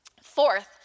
Fourth